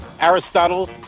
Aristotle